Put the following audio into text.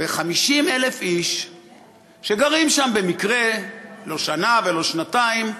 ו-50,000 איש שגרים שם במקרה, לא שנה ולא שנתיים,